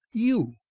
you,